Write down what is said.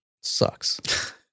Sucks